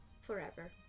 Forever